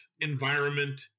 environment